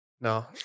No